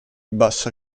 bassa